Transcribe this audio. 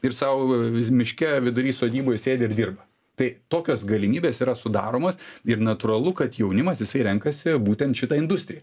ir sau vis miške vidury sodyboj sėdi ir dirba tai tokios galimybės yra sudaromos ir natūralu kad jaunimas jisai renkasi būtent šitą industriją